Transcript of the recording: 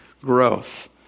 growth